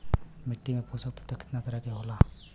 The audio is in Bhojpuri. मिट्टी में पोषक तत्व कितना तरह के होला?